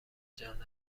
جانب